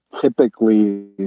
typically